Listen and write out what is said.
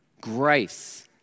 Grace